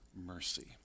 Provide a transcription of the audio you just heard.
mercy